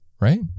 Right